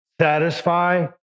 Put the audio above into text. satisfy